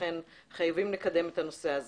ולכן חייבים לקדם את הנושא הזה.